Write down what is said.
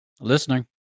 Listening